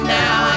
now